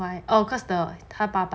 why oh because the 他爸爸